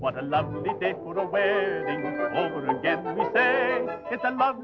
want to get m